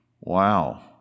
wow